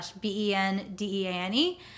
b-e-n-d-e-a-n-e